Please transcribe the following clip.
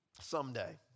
someday